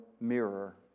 mirror